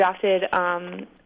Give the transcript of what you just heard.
drafted